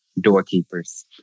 doorkeepers